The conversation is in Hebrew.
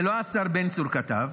זה לא השר בן צור כתב.